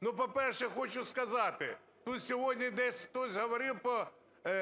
Ну, по-перше, хочу сказати, тут сьогодні десь хтось говорив про